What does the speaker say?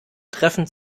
treffend